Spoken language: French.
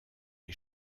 est